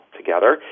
together